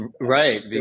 Right